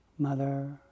Mother